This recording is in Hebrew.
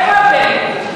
איפה אתם?